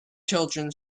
children